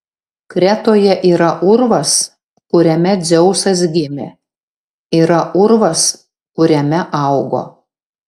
kretoje yra urvas kuriame dzeusas gimė yra urvas kuriame augo